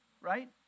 right